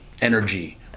energy